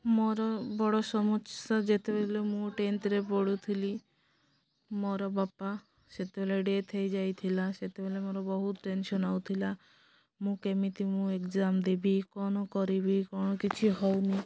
ମୋର ବଡ଼ ସମସ୍ୟା ଯେତେବେଳେ ମୁଁ ଟେନ୍ଥରେ ପଢ଼ୁଥିଲି ମୋର ବାପା ସେତେବେଳେ ଡେଥ୍ ହେଇଯାଇଥିଲା ସେତେବେଳେ ମୋର ବହୁତ ଟେନ୍ସନ୍ ହଉଥିଲା ମୁଁ କେମିତି ମୁଁ ଏଗ୍ଜାମ୍ ଦେବି କ'ଣ କରିବି କ'ଣ କିଛି ହେଉନି